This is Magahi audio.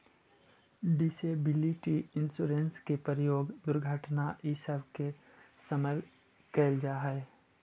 डिसेबिलिटी इंश्योरेंस के प्रयोग दुर्घटना इ सब के समय कैल जा हई